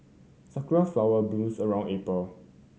sakura flowers blooms around April